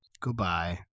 Goodbye